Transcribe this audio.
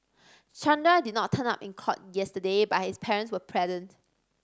Chandra did not turn up in court yesterday but his parents were present